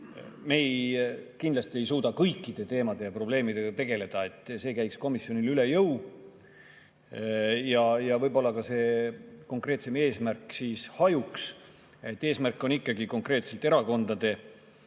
Me kindlasti ei suuda kõikide teemade ja probleemidega tegeleda, see käiks komisjonile üle jõu ja võib-olla siis ka see konkreetsem eesmärk hajuks. Eesmärk on ikkagi konkreetselt erakondade tegevust